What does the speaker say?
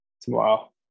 tomorrow